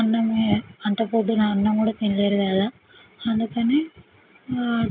అన్నమే అంత పొద్దున అన్నం కూడా తినలేరు కదా అందుకని